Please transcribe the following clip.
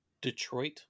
Detroit